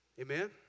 Amen